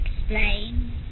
explain